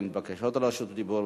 אין בקשות לרשות דיבור.